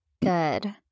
Good